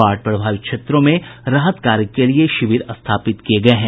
बाढ़ प्रभावित क्षेत्रों में राहत कार्य के लिए शिविर स्थापित किये गये हैं